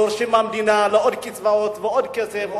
דורשים מהמדינה עוד קצבאות ועוד כסף.